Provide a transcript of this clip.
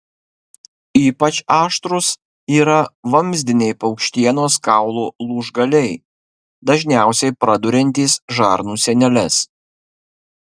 ypač aštrūs yra vamzdiniai paukštienos kaulų lūžgaliai dažniausiai praduriantys žarnų sieneles